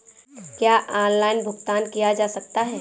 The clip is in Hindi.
क्या ऑनलाइन भुगतान किया जा सकता है?